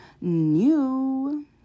new